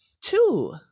Two